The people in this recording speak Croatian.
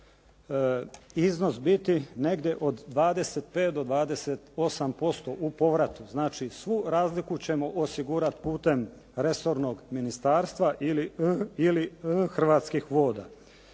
iznos biti negdje od 25 do 28% u povratu. Znači svu razliku ćemo osigurati putem resornog ministarstva ili Hrvatskih voda.